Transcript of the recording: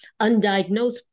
undiagnosed